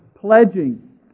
pledging